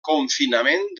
confinament